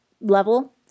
level